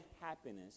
happiness